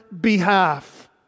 behalf